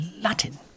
Latin